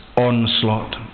onslaught